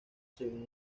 según